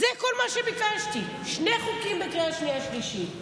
זה כל מה שביקשתי: שני חוקים בקריאה שנייה ושלישית.